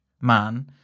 man